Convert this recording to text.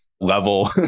level